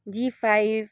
G five